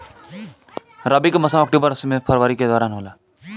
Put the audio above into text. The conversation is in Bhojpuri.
रबी के मौसम अक्टूबर से फरवरी के दौरान होला